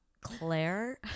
Claire